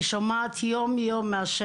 אני שומעת באופן יום יומי מהשטח,